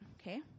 Okay